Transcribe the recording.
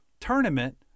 tournament